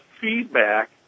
feedback